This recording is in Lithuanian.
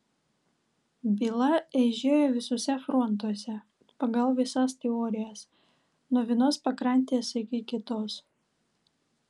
byla eižėjo visuose frontuose pagal visas teorijas nuo vienos pakrantės iki kitos